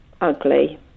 Ugly